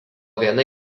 viena